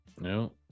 no